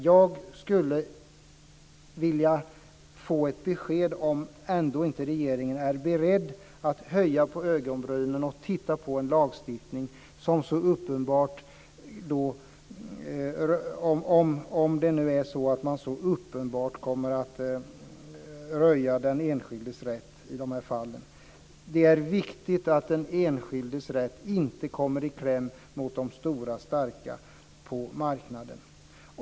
Jag skulle vilja få ett besked om regeringen ändå inte är beredd att förbereda en lagstiftning om det nu är så att den enskildes rätt uppenbart kommer att röjas i de här fallen. Det är viktigt att den enskildes rätt inte kommer ikläm mellan de stora, starka på marknaden.